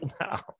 now